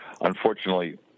Unfortunately